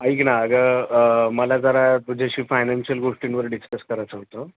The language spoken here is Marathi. ऐक ना अगं मला जरा तुझ्याशी फायनान्शियल गोष्टींवर डिस्कस करायचं होतं